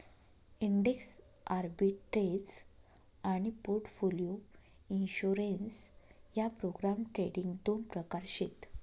index arbitrage आनी portfolio insurance ह्या program trading दोन प्रकार शेत